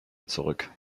zurück